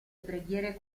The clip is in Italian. preghiere